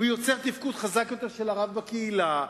הוא יוצר תפקוד חזק יותר של הרב בקהילה,